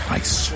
ice